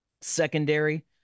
secondary